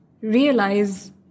realize